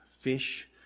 fish